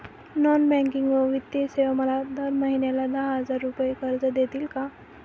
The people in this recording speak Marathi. नॉन बँकिंग व वित्तीय सेवा मला दर महिन्याला दहा हजार रुपये कर्ज देतील का?